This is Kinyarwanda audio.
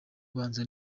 ubanza